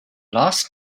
last